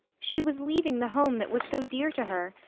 she was leaving the home that was so dear to her,